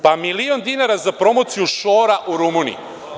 Pa, milion dinara za promociju šora u Rumuniji.